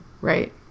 Right